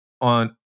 on